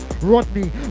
rodney